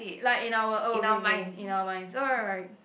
like in our oh K K in our mind so alright